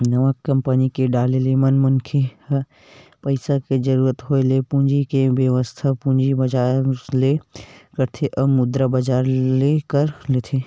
नवा कंपनी के डाले म मनखे ह पइसा के जरुरत होय ले पूंजी के बेवस्था पूंजी बजार ले करथे अउ मुद्रा बजार ले कर लेथे